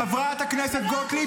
חברת הכנסת גוטליב,